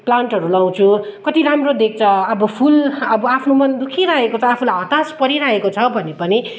प्लानटहरू लगाउँछु कति राम्रो देख्छ अब फुल अब आफ्नो मन दुखिरेहेको छ आफूलाई हतास परिरहेको छ भने पनि